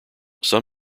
some